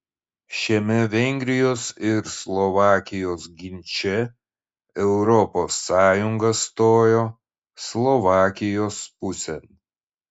šiame vengrijos ir slovakijos ginče europos sąjunga stojo slovakijos pusėn